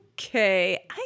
okay